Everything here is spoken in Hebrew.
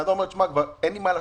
בן אדם אומר כבר אין לי מה לעשות,